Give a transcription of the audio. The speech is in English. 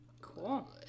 Cool